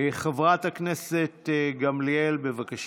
חברת הכנסת גמליאל, בבקשה.